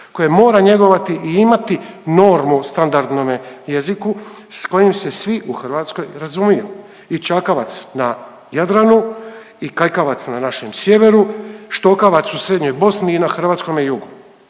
koje mora njegovati i imati normu standardnome jeziku s kojim se svi u Hrvatskoj razumijemo i čakavac na Jadranu i kajkavac na našem sjeveru, štokavac u srednjoj Bosni i na hrvatskome jugu.